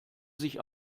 sich